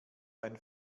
ein